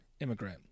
immigrant